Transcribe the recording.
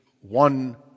one